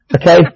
Okay